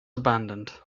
abandoned